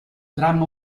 dramma